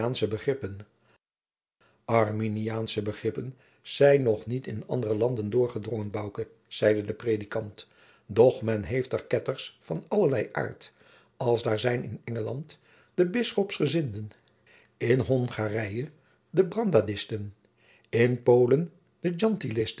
begrippen arminiaansche begrippen zijn nog niet in andere landen doorgedrongen bouke zeide de predikant doch men heeft er ketters van allerlei aart als daar zijn in engeland de bisschopsgezinden in hongarije de brandradisten in polen de